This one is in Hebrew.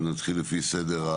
נתחיל לפי סדר,